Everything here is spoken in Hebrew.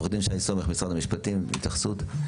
עו"ד שי סומך ממשרד המשפטים, התייחסות?